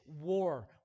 war